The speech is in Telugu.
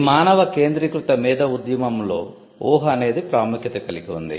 ఈ మానవ కేంద్రీకృత మేధో ఉద్యమంలో ఊహ అనేది ప్రాముఖ్యత కలిగిఉంది